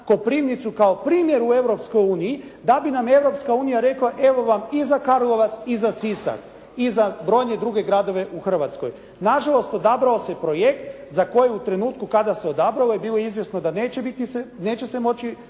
Koprivnicu kao primjer u Europskoj uniji, da bi nam Europska unija rekla evo vam i za Karlovac i za Sisak i za brojne druge gradove u Hrvatskoj. Na žalost, odabrao se projekt za koje u trenutku kada se odabralo je bilo izvjesno da neće biti,